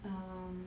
um